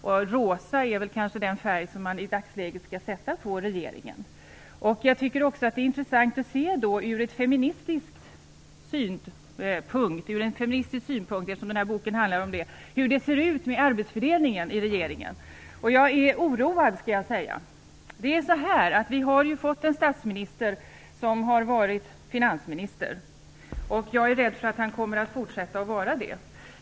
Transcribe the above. Och rosa är kanske den färg som man i dagsläget skall sätta på regeringen. Jag tycker också att det är intressant ur en feministisk synpunkt, eftersom den här boken handlar om det, att se på hur det ser ut med arbetsfördelningen i regeringen. Jag måste säga att jag är oroad. Vi har ju fått en statsminister som har varit finansminister, och jag är rädd för att han kommer att fortsätta att vara det.